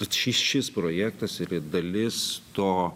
kad šis šis projektas yra dalis to